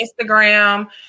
Instagram